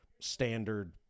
standard